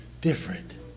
different